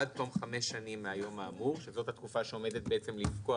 עד תום חמש שנים מהיום האמור שזאת התקופה שעומדת לפקוע